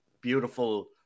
beautiful